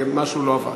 משהו לא עבד.